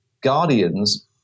Guardians